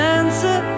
answer